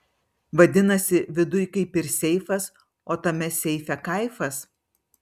vadinasi viduj kaip ir seifas o tame seife kaifas